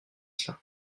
cela